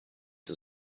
des